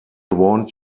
want